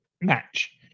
match